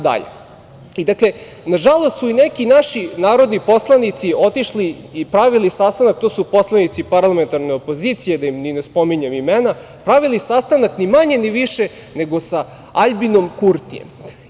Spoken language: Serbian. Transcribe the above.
Dakle, nažalost su i neki naši narodni poslanici otišli i pravili sastanak, to su poslanici parlamentarne opozicije, da im ni ne spominjem imena, pravili sastanak ni manje ni više nego sa Aljbinom Kurtijem.